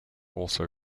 also